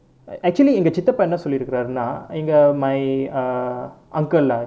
actually எங்க சித்தப்பா என்ன சொல்லிருக்காருனா எங்க:enga chittappa enna sollirukaarunaa enga my ah uncle lah